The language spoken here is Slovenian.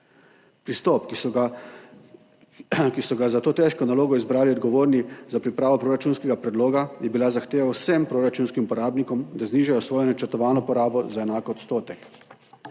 Pristop, ki so ga za to težko nalogo izbrali odgovorni za pripravo proračunskega predloga, je bila zahteva vsem proračunskim porabnikom, da znižajo svojo načrtovano porabo za enak odstotek.